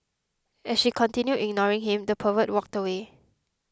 as she continued ignoring him the pervert walked away